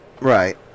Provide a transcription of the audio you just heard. Right